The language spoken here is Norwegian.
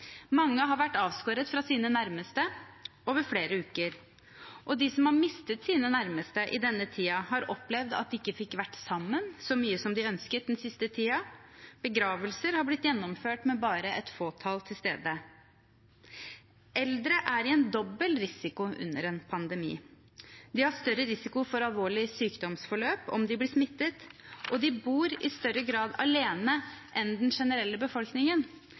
Mange har vært avskåret fra sine nærmeste over flere uker. Og de som har mistet sine nærmeste i denne tiden, har opplevd at de ikke fikk vært sammen så mye som de ønsket, den siste tiden. Begravelser har blitt gjennomført med bare et fåtall til stede. Eldre er i en dobbel risiko under en pandemi. De har større risiko for alvorlig sykdomsforløp om de blir smittet, og de bor i større grad alene enn den generelle befolkningen.